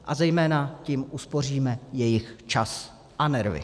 A zejména tím uspoříme jejich čas a nervy.